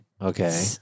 Okay